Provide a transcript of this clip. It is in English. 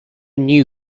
knew